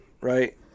right